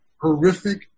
horrific